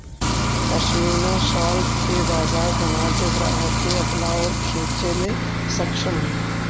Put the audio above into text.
pashmina shawl के बाजार धनाढ्य ग्राहक के अपना ओर खींचे में सक्षम हई